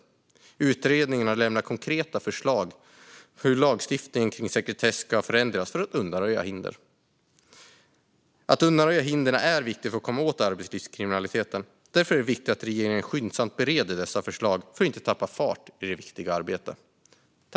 Utredningen har lämnat konkreta förslag på hur sekretesslagstiftningen ska förändras för att undanröja hinder. Att undanröja dessa hinder är viktigt för att komma åt arbetslivskriminaliteten. Därför måste regeringen skyndsamt bereda dessa förslag för att inte tappa fart i det viktiga arbetet.